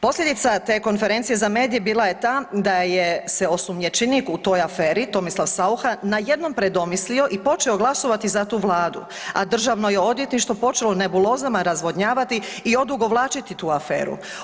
Posljedica te konferencije za medije je bila ta, da se osumnjičenik u toj aferi Tomislav Saucha najednom predomislio i počeo glasovati za tu Vladu, a Državno je odvjetništvo počelo nebulozama razvodnjavati i odugovlačiti tu aferu.